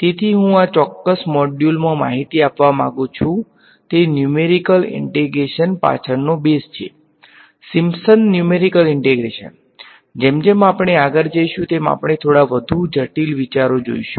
તેથી હું આ ચોક્કસ મોડ્યુલમાં માહિતી આપવા માંગુ છું તે ન્યુમેરીકલ ઈંટેગ્રેશન પાછળનો બેઝ છે સીમપ્લ ન્યુમેરીકલ ઈંટેગ્રેશન જેમ જેમ આપણે આગળ જઈશું તેમ આપણે થોડા વધુ જટિલ વિચારો જોઈશું